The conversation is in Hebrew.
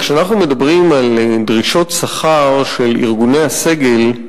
כשאנחנו מדברים על דרישות שכר של ארגוני הסגל,